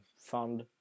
fund